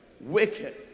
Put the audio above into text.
wicked